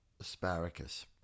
asparagus